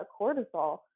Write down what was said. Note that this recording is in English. cortisol